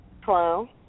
Hello